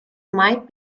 might